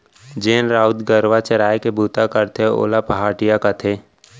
जेन राउत गरूवा चराय के बूता करथे ओला पहाटिया कथें